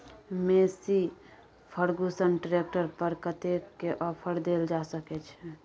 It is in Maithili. मेशी फर्गुसन ट्रैक्टर पर कतेक के ऑफर देल जा सकै छै?